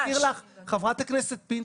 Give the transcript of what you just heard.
חברת הכנסת פינטו,